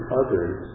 others